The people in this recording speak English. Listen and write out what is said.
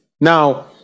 Now